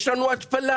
יש לנו התפלה.